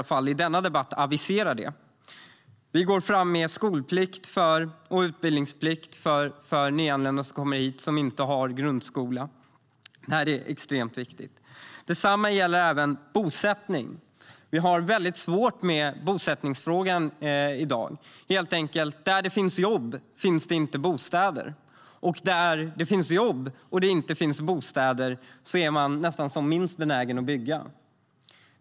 Jag vill i alla fall avisera det i denna debatt. Vi går fram med skolplikt och utbildningsplikt för nyanlända som inte har grundskola. Det är extremt viktigt. Detsamma gäller bostäder. Bostadssituationen är väldigt svår i dag. Där det finns jobb finns det inte bostäder, och där det inte finns bostäder är man nästan minst benägen att bygga.